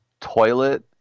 toilet